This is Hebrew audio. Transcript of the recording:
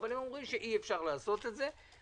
אבל הם אומרים שאי-אפשר לעשת את זה,